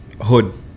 Hood